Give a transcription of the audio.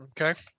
okay